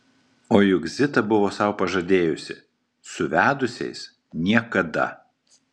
o juk zita buvo sau pažadėjusi su vedusiais niekada